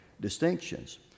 distinctions